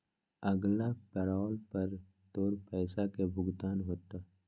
अगला पैरोल पर तोर पैसे के भुगतान होतय